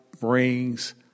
brings